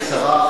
גברתי השרה,